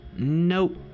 Nope